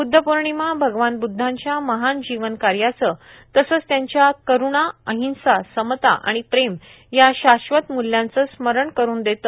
बुद्धर्पौणमा भगवान बुद्धांच्या महान जीवन कायाचं तसंच त्यांच्या करुणा र्आहंसा समता आर्आण प्रेम या शाश्वत मूल्यांचे स्मरण करून देते